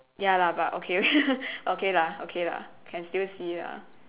ya lah but okay okay lah okay lah can still see lah